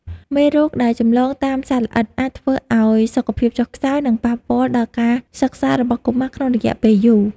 មេរោគដែលចម្លងតាមសត្វល្អិតអាចធ្វើឱ្យសុខភាពចុះខ្សោយ និងប៉ះពាល់ដល់ការសិក្សារបស់កុមារក្នុងរយៈពេលយូរ។